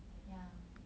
yeah